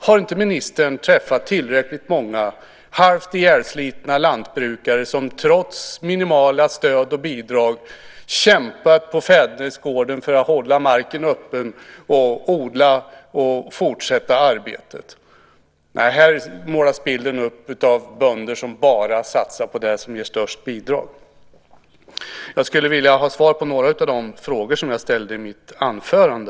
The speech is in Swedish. Har inte ministern träffat tillräckligt många halvt ihjälslitna lantbrukare som trots minimala stöd och bidrag kämpar på fädernegården för att hålla marken öppen, odla och fortsätta arbetet? Nej, här målas en bild upp av bönder som bara satsar på det som ger största bidragen! Jag skulle vilja ha svar på några av de frågor som jag ställde i mitt anförande.